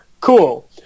Cool